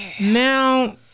Now